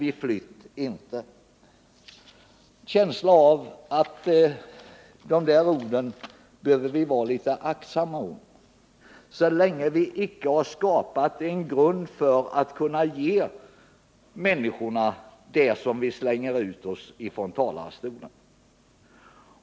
Men jag har en känsla av att vi bör vara litet försiktiga i våra uttalanden, så länge vi icke skapat en grund för att kunna ge människorna allt det som vi lovar dem här från talarstolen.